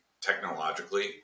technologically